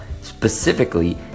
specifically